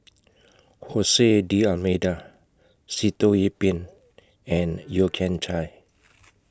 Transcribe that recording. Jose D'almeida Sitoh Yih Pin and Yeo Kian Chai